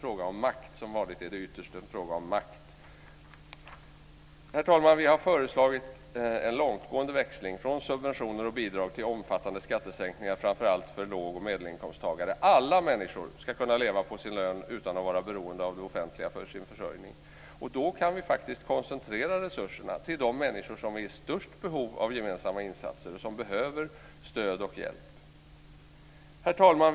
Som vanligt är det ytterst en fråga om makt. Herr talman! Vi har föreslagit en långtgående växling från subventioner och bidrag till omfattande skattesänkningar framför allt för låg och medelinkomsttagare. Alla människor ska kunna leva på sin lön utan att vara beroende av det offentliga för sin försörjning. Då kan vi faktiskt koncentrera resurserna till de människor som är i störst behov av gemensamma insatser och som behöver stöd och hjälp. Herr talman!